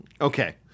Okay